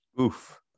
Oof